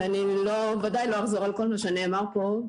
אני בוודאי לא לחזור על כל מה שנאמר פה.